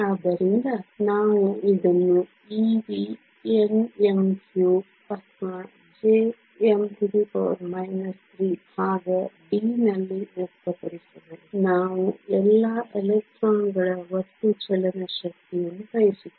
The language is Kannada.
ಆದ್ದರಿಂದ ನಾವು ಇದನ್ನು ev N m 3 ಅಥವಾ J m 3 ಭಾಗ d ನಲ್ಲಿ ವ್ಯಕ್ತಪಡಿಸಬಹುದು ನಾವು ಎಲ್ಲಾ ಎಲೆಕ್ಟ್ರಾನ್ ಗಳ ಒಟ್ಟು ಚಲನ ಶಕ್ತಿಯನ್ನು ಬಯಸುತ್ತೇವೆ